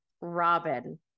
Robin